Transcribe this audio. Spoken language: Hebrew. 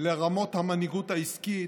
לרמות המנהיגות העסקית,